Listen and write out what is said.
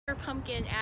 pumpkin